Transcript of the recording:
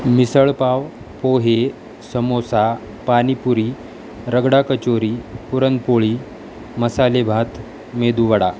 misal pav pohe samosa pani puri ragda kachori puran poli masale bhat medu vada